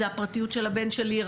זה הפרטיות של הבן שלי,